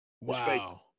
Wow